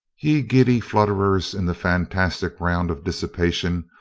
ye giddy flutterers in the fantastic round of dissipation,